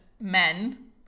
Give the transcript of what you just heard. men